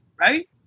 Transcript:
right